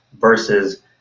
versus